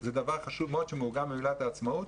זה דבר חשוב מאוד שמעוגן במגילת העצמאות.